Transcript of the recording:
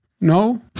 No